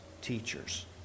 teachers